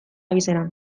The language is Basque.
abizena